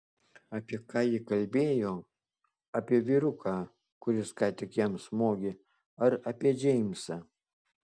apie ką ji kalbėjo apie vyruką kuris ką tik jam smogė ar apie džeimsą